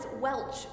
Welch